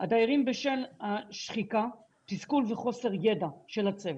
בשל השחיקה, תסכול וחוסר ידע של הצוות.